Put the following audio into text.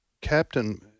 Captain